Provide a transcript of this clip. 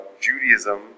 Judaism